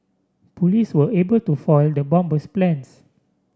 police were able to foil the bomber's plans